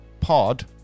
pod